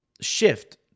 shift